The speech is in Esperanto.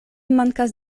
mankas